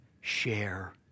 share